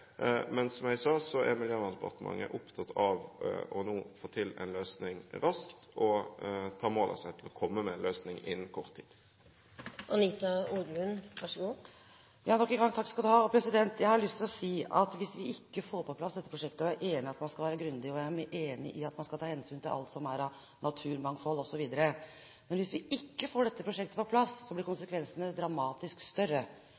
men som jeg sa, Miljøverndepartementet er nå opptatt av å få til en løsning raskt og tar mål av seg til å komme med en løsning innen kort tid. Jeg takker nok en gang for svaret. Jeg har lyst til å si at hvis vi ikke får dette prosjektet på plass – og jeg er enig i at man skal være grundig, og jeg er enig i at man skal ta hensyn til alt som er av naturmangfold osv. – blir konsekvensene dramatisk større, for hvis man skal velge nye traseer for denne veien, vil inngrepene bli av vesentlig større